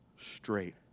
Straight